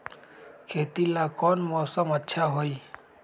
खेती ला कौन मौसम अच्छा होई?